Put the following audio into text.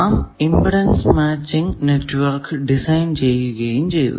നാം impedance matching network design ചെയ്യുകയും ചെയ്തു